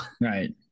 Right